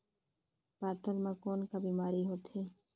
पातल म कौन का बीमारी होथे?